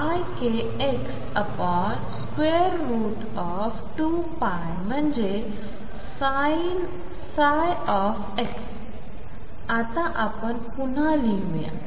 आता आपण पुन्हा लिहूया